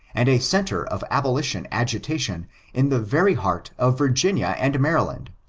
and a centre of abolition agitation in the very heart of virginia and maryland.